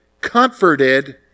comforted